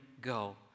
go